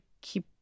keep